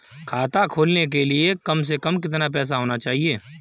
खाता खोलने के लिए कम से कम कितना पैसा होना चाहिए?